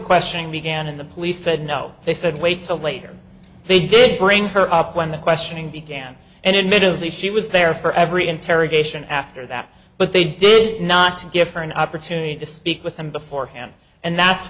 questioning began in the police said no they said wait so later they did bring her up when the questioning began and admittedly she was there for every interrogation after that but they did not give her an opportunity to speak with them beforehand and that's